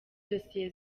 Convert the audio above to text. dosiye